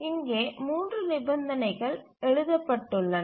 இங்கே 3 நிபந்தனைகள் எழுதப்பட்டுள்ளன